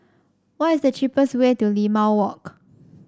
what is the cheapest way to Limau Walk